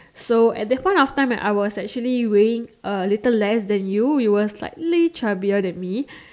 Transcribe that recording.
so at that point of time I was actually weighing a little less than you you were like a little chubbier than me